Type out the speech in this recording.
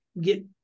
get